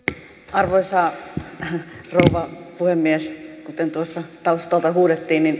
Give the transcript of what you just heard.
arvoisa rouva puhemies kuten tuossa taustalta huudettiin